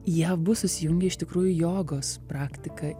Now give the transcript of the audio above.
jie abu susijungė iš tikrųjų jogos praktika